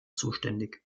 zuständig